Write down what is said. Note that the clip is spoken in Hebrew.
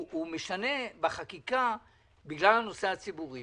הוא משנה בחקיקה בגלל הנושא הציבורי,